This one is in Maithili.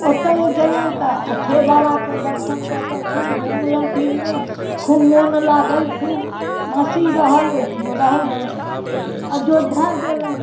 ओतऽ गेलहुँ तऽ अच्छे बाबाके दर्शन कऽ कऽ खूब घुमलहुँ फिरलहुँ खूब मोन लागल खूब मासी रहल ओहिठाम रहलहुँ अयोध्या गेलहुँ